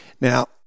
Now